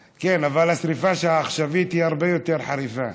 כן, אבל השרפה העכשווית היא הרבה יותר חריפה.